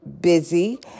busy